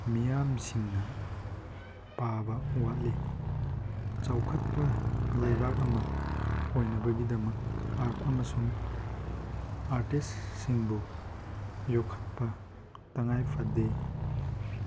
ꯃꯤꯌꯥꯝꯁꯤꯡꯅ ꯄꯥꯕ ꯋꯥꯠꯂꯤ ꯆꯥꯎꯈꯠꯄ ꯂꯩꯕꯥꯛ ꯑꯃ ꯑꯣꯏꯅꯕꯒꯤꯗꯃꯛ ꯑꯥꯔꯠ ꯑꯃꯁꯨꯡ ꯑꯥꯔꯇꯤꯁ ꯁꯤꯡꯕꯨ ꯌꯣꯛꯈꯠꯄ ꯇꯉꯥꯏ ꯐꯗꯦ